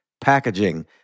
packaging